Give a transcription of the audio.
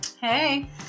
Hey